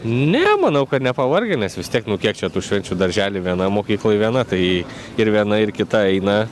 ne manau kad nepavargę nes vis tiek nu kiek čia tų švenčių daržely viena mokykloj viena tai ir viena ir kita eina